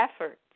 efforts